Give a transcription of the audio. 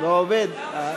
לא נלחץ לי.